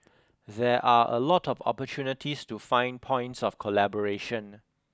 there are a lot of opportunities to find points of collaboration